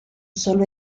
solo